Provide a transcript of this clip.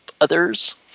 others